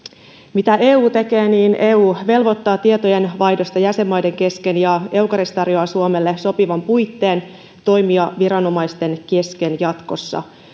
mitä eu tekee eu velvoittaa tietojenvaihtoa jäsenmaiden kesken ja eucaris tarjoaa suomelle sopivan puitteen toimia viranomaisten kesken jatkossa